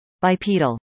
Bipedal